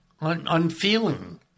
Unfeeling